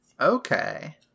okay